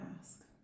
ask